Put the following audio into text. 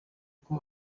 uko